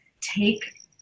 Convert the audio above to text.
take